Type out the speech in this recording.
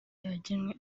yagenwe